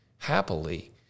happily